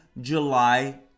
July